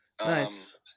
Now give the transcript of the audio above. nice